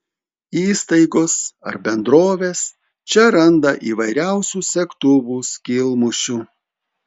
įstaigos ar bendrovės čia randa įvairiausių segtuvų skylmušių